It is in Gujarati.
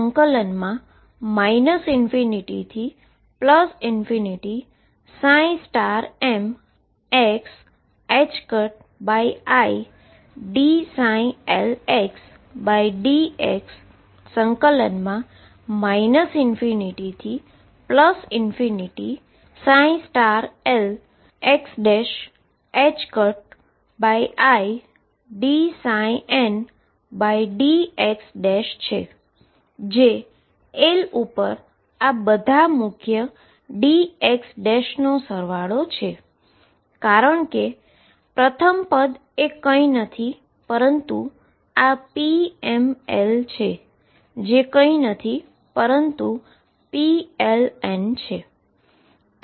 pmn2 એ ∞mxi dldx ∞lxidndx છે જે l ઉપર આ બધા મુખ્ય dx નો સરવાળો છે કારણ કે પ્રથમ પદ એ કંઈ નથી પરંતુ આ pml છે અને તે કંઈ નથી પરંતુ pln છે